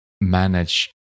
manage